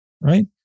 right